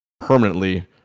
permanently